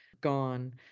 gone